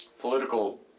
political